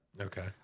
Okay